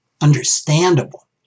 understandable